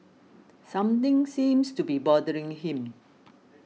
something seems to be bothering him